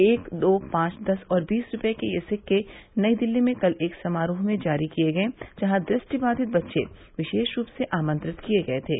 एक दो पांच दस और बीस रूपये के ये सिक्के नई दिल्ली में कल एक समारोह में जारी किये गये जहां दृष्टि बाधित बच्चे विशेष रूप से आमंत्रित किये गये थे